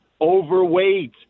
overweight